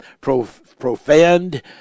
profaned